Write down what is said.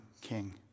king